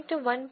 5 1